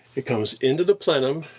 it comes into the plenum,